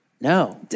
no